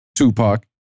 Tupac